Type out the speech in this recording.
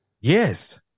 Yes